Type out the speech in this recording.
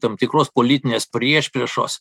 tam tikros politinės priešpriešos